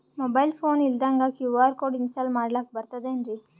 Mobile phone ಇಲ್ದಂಗ QR code install ಮಾಡ್ಲಕ ಬರ್ತದೇನ್ರಿ?